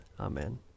Amen